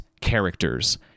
characters